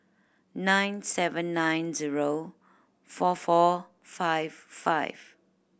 nine seven nine zero four four five five